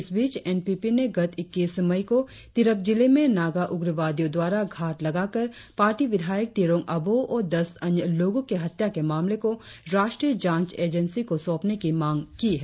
इस बीच N P P ने गत इक्कीस मई को तिरप जिले में नागा उग्रवादियों द्वारा घाट लगाकार पार्टी विधायक तिरोंग आबोह और दस अन्य लोगों के हत्या के मामले को राष्ट्रीय जांच एजेंसी को सौंपने की मांग की है